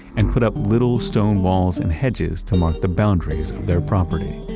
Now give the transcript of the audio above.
and put up little stone walls and hedges to mark the boundaries of their property.